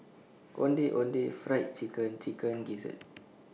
Ondeh Ondeh Fried Chicken and Chicken Gizzard